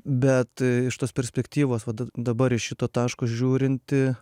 bet iš tos perspektyvos va da dabar iš šito taško žiūrint į